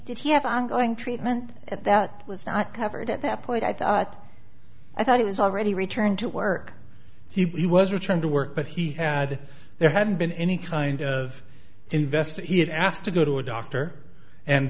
did he have ongoing treatment at that was not covered at that point i thought i thought it was already returned to work he was returned to work but he had there hadn't been any kind of investor he had asked to go to a doctor and